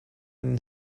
and